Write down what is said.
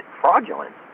fraudulent